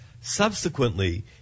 Subsequently